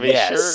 yes